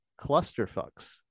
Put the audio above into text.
clusterfucks